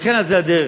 וכן על זה הדרך.